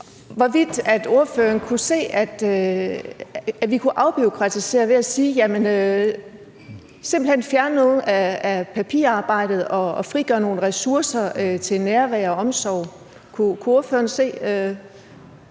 hvorvidt han kan se, at vi kunne afbureaukratisere ved simpelt hen at fjerne noget af papirarbejdet og frigøre nogle ressourcer til nærvær og omsorg. Kunne ordføreren se